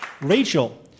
Rachel